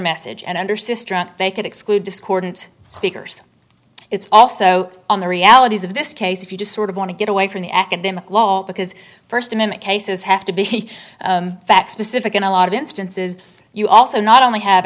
message and under sr they could exclude discordant speakers it's also on the realities of this case if you just sort of want to get away from the academic lol because first amendment cases have to be facts pacific and a lot of instances you also not only have